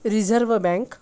reserve bank